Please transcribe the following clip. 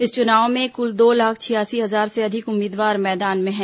इस चुनाव में कुल दो लाख छियासी हजार से अधिक उम्मीदवार मैदान में हैं